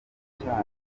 cyanyu